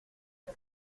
que